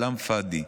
כלאם פאדי,